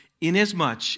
Inasmuch